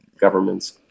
governments